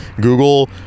Google